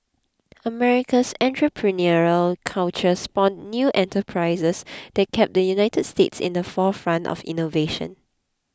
America's entrepreneurial culture spawned new enterprises that kept the United States in the forefront of innovation